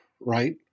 right